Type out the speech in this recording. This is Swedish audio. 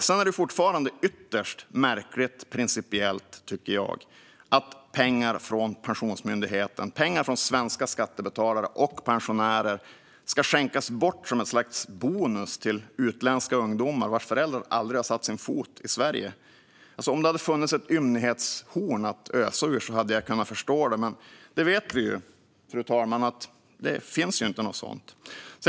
Det är fortfarande principiellt ytterst märkligt, tycker jag, att pengar från Pensionsmyndigheten - pengar från svenska skattebetalare och pensionärer - ska skänkas bort som ett slags bonus till utländska ungdomar vars föräldrar aldrig har satt sin fot i Sverige. Om det funnits ett ymnighetshorn att ösa ur hade jag kunnat förstå det, men vi vet ju, fru talman, att något sådant inte finns.